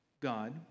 God